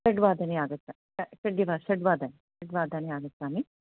षड्वादने आगच षड्वा षड्वादने षड्वादने आगच्छामि